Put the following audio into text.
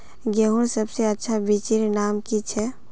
गेहूँर सबसे अच्छा बिच्चीर नाम की छे?